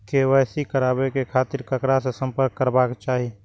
KYC कराबे के खातिर ककरा से संपर्क करबाक चाही?